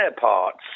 parts